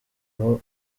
aho